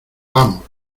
vamos